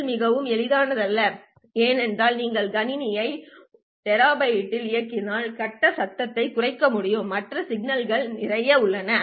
பதில் மிகவும் எளிதானது அல்ல ஏனென்றால் நீங்கள் கணினியை Tbps இல் இயக்கினால் கட்ட சத்தத்தை குறைக்க முடியும் மற்ற சிக்கல்கள் நிறைய உள்ளன